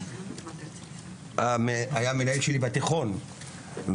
היה מנהל שלי בתיכון,